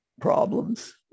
problems